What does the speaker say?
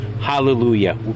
Hallelujah